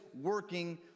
working